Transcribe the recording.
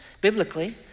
biblically